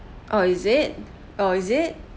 oh is it oh is it